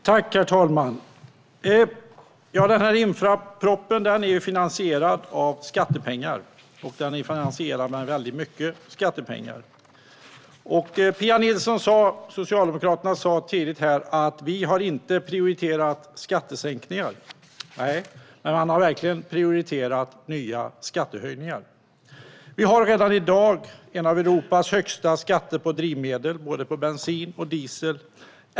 Herr talman! Infrastrukturpropositionen innebär finansiering med skattepengar, väldigt mycket skattepengar. Pia Nilsson från Socialdemokraterna sa tidigare att man inte har prioriterat skattesänkningar. Nej, men man har verkligen prioriterat nya skattehöjningar. Vi har redan i dag en av Europas högsta skatter på drivmedel, både bensin och diesel.